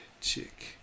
chick